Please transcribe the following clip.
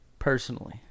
Personally